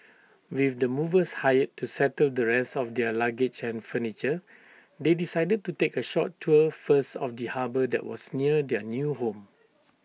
with the movers hired to settle the rest of their luggage and furniture they decided to take A short tour first of the harbour that was near their new home